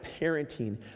parenting